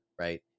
right